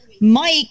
Mike